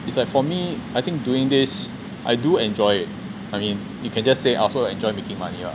it's like for me I think doing this I do enjoy it I mean you can just say also enjoy making money [what]